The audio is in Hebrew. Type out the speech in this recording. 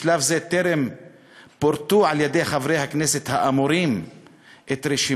בשלב זה טרם פורטה על-ידי חברי הכנסת האמורים רשימת